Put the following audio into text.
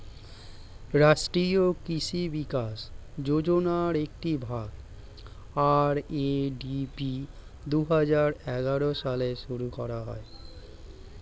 রাষ্ট্রীয় কৃষি বিকাশ যোজনার একটি ভাগ, আর.এ.ডি.পি দুহাজার এগারো সালে শুরু করা হয়